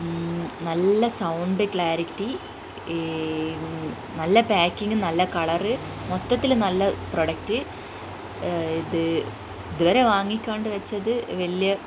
നല്ല sound clarity നല്ല packing നല്ല കളറ് മൊത്തത്തിൽ നല്ല പ്രൊഡക്റ്റ് ഇത് ഇതുവരെ വാങ്ങിക്കാണ്ട് വെച്ചത് വലിയ